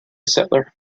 settler